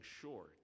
short